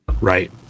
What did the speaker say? Right